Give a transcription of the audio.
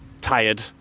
tired